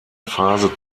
phase